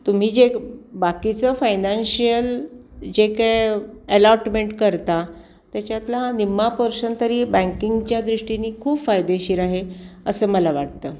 तुम्ही जे बाकीचं फायनान्शियल जे काय अलॉटमेंट करता त्याच्यातला निम्मा पोर्शन तरी बँकिंगच्या दृष्टीनी खूप फायदेशीर आहे असं मला वाटतं